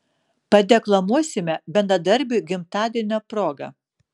padeklamuosime bendradarbiui gimtadienio proga